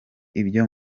ibyo